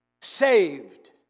saved